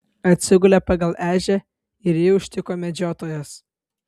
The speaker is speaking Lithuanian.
atsigulė pagal ežią ir jį užtiko medžiotojas